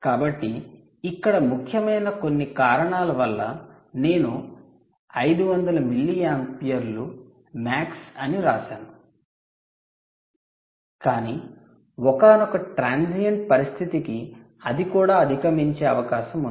కాబట్టి ఇక్కడ ముఖ్యమైన కొన్ని కారణాల వల్ల నేను 500 మిల్లియాంపీయర్లు మాక్స్ అని వ్రాసాను కాని ఒకానొక ట్రాన్సియెంట్ పరిస్థితికి అది కూడా అధిగమించే అవకాశం ఉంది